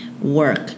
work